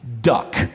duck